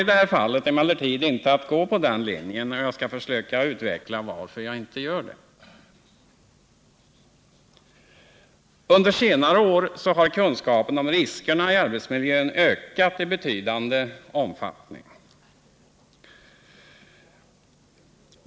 Jag kommer emellertid inte att följa den linjen, och jag skall försöka utveckla varför jag inte gör det. Under senare år har kunskapen om riskerna i arbetsmiljön ökat i betydande omfattning.